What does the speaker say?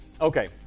Okay